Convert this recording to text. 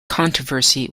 controversy